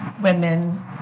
women